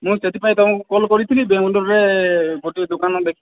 ମୁଁ ସେଥିପାଇଁ କଲ୍ କରିଥିଲି ବି ବାଙ୍ଗଲୋରରେ ଗୋଟଏ ଦୋକାନ ଦେଖି